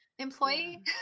employee